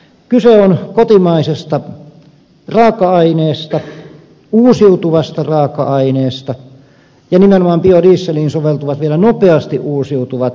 kyse on kotimaisesta raaka aineesta uusiutuvasta raaka aineesta ja nimenomaan biodieseliin soveltuvat vielä nopeasti uusiutuvat raaka aineet